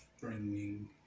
bringing